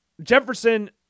Jefferson